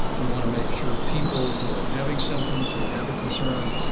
we want to make sure people who are having symptoms who have a concern